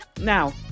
Now